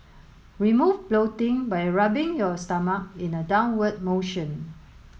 we move floating by rubbing your stomach in an downward motion